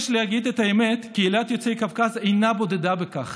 יש להגיד את האמת: קהילת יוצאי קווקז אינה בודדה בכך,